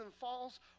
falls